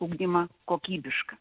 ugdymą kokybišką